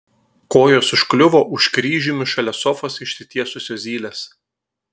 kojos užkliuvo už kryžiumi šalia sofos išsitiesusio zylės